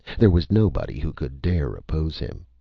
there was nobody who could dare oppose him.